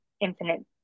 infinite